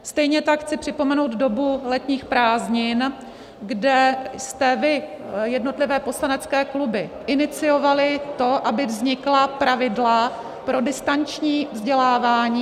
Stejně tak chci připomenout dobu letních prázdnin, kde jste vy, jednotlivé poslanecké kluby, iniciovali to, aby vznikla pravidla pro distanční vzdělávání.